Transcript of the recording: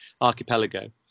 archipelago